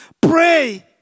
Pray